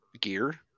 gear